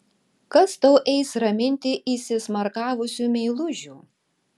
kas tau eis raminti įsismarkavusių meilužių